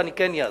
ואני כן אעשה.